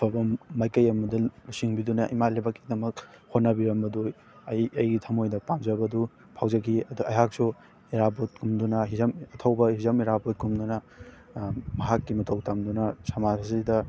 ꯑꯐꯕ ꯃꯥꯏꯀꯩ ꯑꯃꯗ ꯂꯨꯆꯤꯡꯕꯤꯗꯨꯅ ꯏꯃꯥ ꯂꯩꯕꯥꯛꯀꯤꯗꯃꯛ ꯍꯣꯠꯅꯕꯤꯔꯃꯕꯗꯨ ꯑꯩ ꯑꯩꯒꯤ ꯊꯝꯃꯣꯏꯗ ꯄꯥꯝꯖꯕꯗꯨ ꯐꯥꯎꯖꯈꯤ ꯑꯗꯣ ꯑꯩꯍꯥꯛꯁꯨ ꯏꯔꯥꯕꯣꯠ ꯀꯨꯝꯗꯨꯅ ꯍꯤꯖꯝ ꯑꯊꯧꯕ ꯍꯤꯖꯝ ꯏꯔꯥꯕꯣꯠ ꯀꯨꯝꯗꯨꯅ ꯃꯍꯥꯛꯀꯤ ꯃꯇꯧ ꯇꯝꯗꯨꯅ ꯁꯃꯥꯖ ꯑꯁꯤꯗ